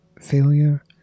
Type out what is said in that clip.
Failure